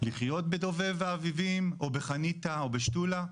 לחיות בדובב ואביבים או בחניתה או בשתולה?